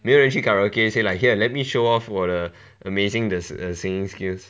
没有人去 karaoke say like here let me show off 我的 amazing 的 err singing skills